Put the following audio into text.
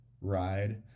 ride